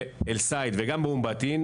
להציג לנו תמונה כמותית מדויקת של העשור האחרון.